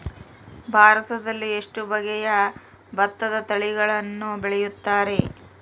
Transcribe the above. ಭಾರತದಲ್ಲಿ ಎಷ್ಟು ಬಗೆಯ ಭತ್ತದ ತಳಿಗಳನ್ನು ಬೆಳೆಯುತ್ತಾರೆ?